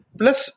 plus